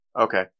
Okay